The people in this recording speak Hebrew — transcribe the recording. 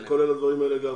זה כולל גם את הדברים האלה?